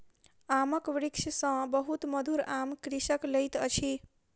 आमक वृक्ष सॅ बहुत मधुर आम कृषक लैत अछि